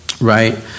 right